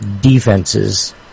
defenses